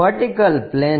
p